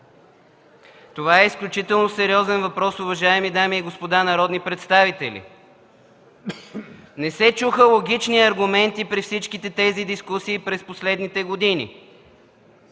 Това е изключително сериозен въпрос, уважаеми дами и господа народни представители! Не се чуха логични аргументи при всичките тези дискусии през последните години.